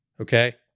Okay